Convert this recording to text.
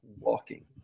walking